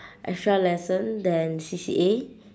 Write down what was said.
extra lesson than C_C_A